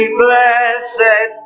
blessed